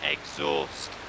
Exhaust